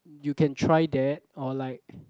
you can try that or like